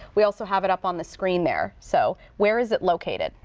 we also have it up on the screen there. so where is it located?